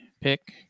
pick